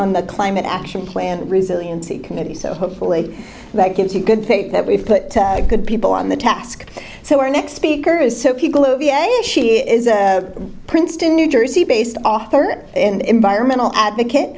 on the climate action plan resiliency committee so hopefully that gives you good faith that we've put good people on the task so our next speaker is so people who she is a princeton new jersey based author and environmental advocate